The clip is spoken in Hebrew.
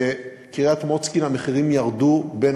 בקריית-מוצקין המחירים ירדו בין